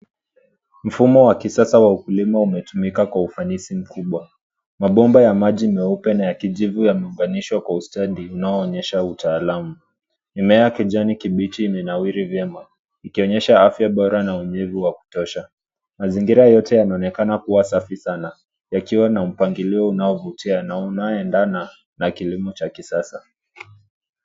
Mfumo wa kisasa wa ukulima umetumika kwa ufanisi mkubwa. Mabomba ya maji meupe na ya kijivu yameunganishwa kwa ustadhi unaoonyesha utahalam. Mimea ya kijani kibichi imenawiri vyema, ikionyesha afya bora na unyevu wa kutosha. Mazingira yote yanaonekana kuwa safi sana, yakiwa na mpangilio unaovutia na unaoendana na kilimo cha kisasa.